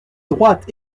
droite